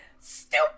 stupid